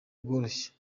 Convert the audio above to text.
bworoshye